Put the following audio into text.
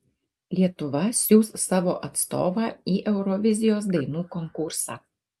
lietuva siųs savo atstovą į eurovizijos dainų konkursą